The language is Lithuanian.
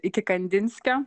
iki kandinskio